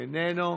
איננו,